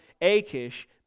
Achish